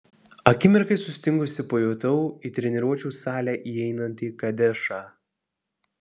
akimirkai sustingusi pajutau į treniruočių salę įeinantį kadešą